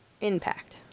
Impact